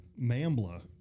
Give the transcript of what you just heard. Mambla